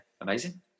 amazing